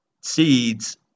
seeds